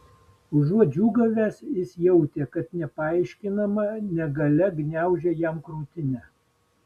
užuot džiūgavęs jis jautė kad nepaaiškinama negalia gniaužia jam krūtinę